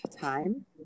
time